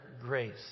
grace